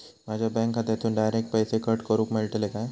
माझ्या बँक खात्यासून डायरेक्ट पैसे कट करूक मेलतले काय?